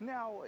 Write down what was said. Now